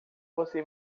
você